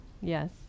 yes